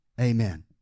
Amen